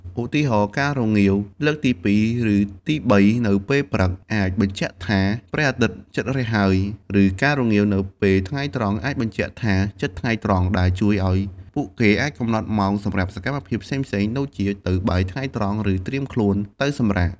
ឧទាហរណ៍ ការរងាវលើកទីពីរ ឬទីបីនៅពេលព្រឹកអាចបញ្ជាក់ថាព្រះអាទិត្យជិតរះហើយ ឬការរងាវនៅពេលថ្ងៃត្រង់អាចបញ្ជាក់ថាជិតថ្ងៃត្រង់ ដែលជួយឱ្យពួកគេអាចកំណត់ម៉ោងសម្រាប់សកម្មភាពផ្សេងៗដូចជា ទៅបាយថ្ងៃត្រង់ ឬត្រៀមខ្លួនទៅសម្រាក។